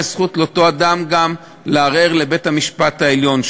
תהיה זכות לאותו אדם גם לערער לבית-המשפט העליון.